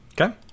Okay